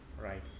Right